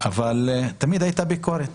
תמיד הייתה ביקורת